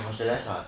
I'm also less what